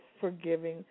forgiving